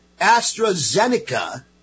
AstraZeneca